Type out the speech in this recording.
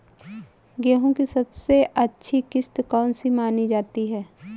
गेहूँ की सबसे अच्छी किश्त कौन सी मानी जाती है?